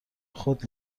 خود